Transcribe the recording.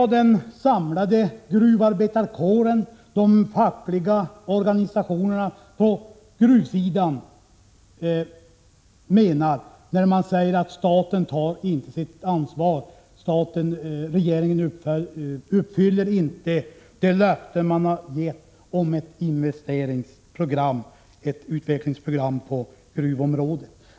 Den samlade gruvarbetarkåren — de fackliga organisationerna på gruvsidan — säger att staten inte tar sitt ansvar, att regeringen inte uppfyller det löfte man har gett om ett investeringsprogram — ett utvecklingsprogram — på gruvområdet.